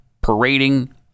parading